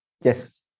Yes